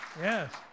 Yes